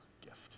gift